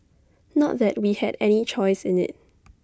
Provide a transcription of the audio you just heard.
not that we had any choice in IT